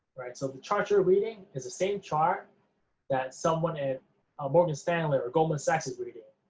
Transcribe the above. right. so the chart you're reading is the same chart that someone in morgan stanley or goldman sachs is reading.